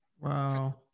Wow